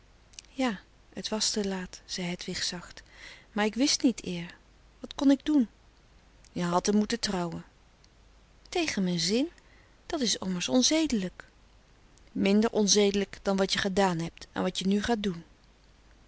ja t was te laat zei hedwig zacht maar ik wist niet éér wat kon ik doen je hadt em moeten trouwen tegen mijn zin dat is ommers onzedelijk minder onzedelijk dan wat je gedaan hebt en wat je nu gaat doen